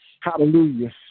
Hallelujah